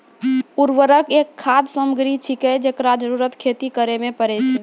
उर्वरक एक खाद सामग्री छिकै, जेकरो जरूरत खेती करै म परै छै